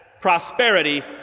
prosperity